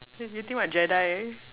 you you think what Jedi ah